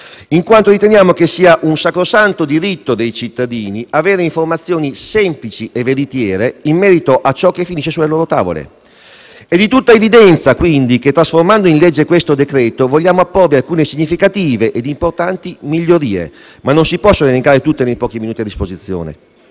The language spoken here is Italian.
in quanto riteniamo che sia un sacrosanto diritto dei cittadini avere informazioni semplici e veritiere in merito a ciò che finisce sulle loro tavole. È di tutta evidenza, quindi, che trasformando in legge questo decreto-legge vogliamo apporre alcune significative ed importanti migliorie, ma non si possono elencare tutte nei pochi minuti a disposizione.